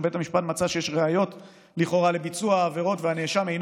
אם בית המשפט מצא שיש ראיות לכאורה לביצוע העבירות והנאשם אינו